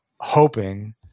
hoping